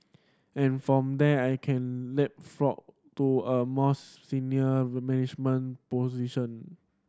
and from there I can leapfrog to a mouse senior management position